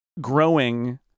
growing